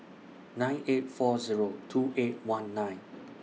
nine eight four Zero two eight one nine